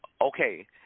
Okay